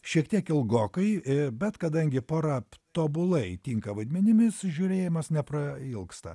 šiek tiek ilgokai bet kadangi pora tobulai tinka vaidmenimis žiūrėjimas neprailgsta